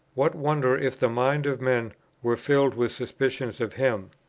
what wonder if the minds of men were filled with suspicions of him?